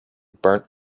burnt